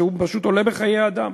שעולה בחיי אדם,